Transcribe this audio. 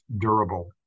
durable